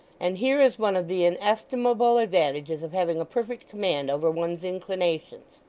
and here is one of the inestimable advantages of having a perfect command over one's inclinations.